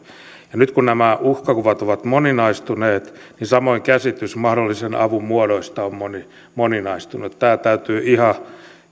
nyt kun nämä uhkakuvat ovat moninaistuneet niin samoin käsitys mahdollisen avun muodoista on moninaistunut tämä täytyy ihan